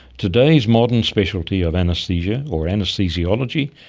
today's modern speciality of anaesthesia, or anaesthesiology,